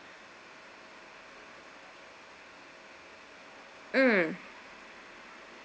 mm